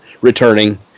returning